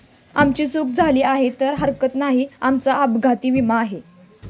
आमची चूक झाली आहे पण हरकत नाही, आमचा अपघाती विमा आहे